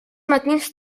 matins